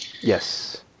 Yes